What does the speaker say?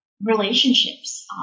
relationships